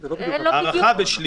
לא בדיוק.